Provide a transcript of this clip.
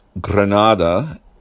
Granada